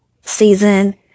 season